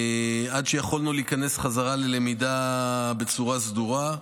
עד שיכולנו להיכנס בחזרה ללמידה בצורה סדורה.